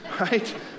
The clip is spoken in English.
right